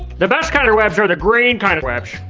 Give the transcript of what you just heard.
the best kind of webs are the green kind of webs.